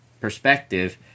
perspective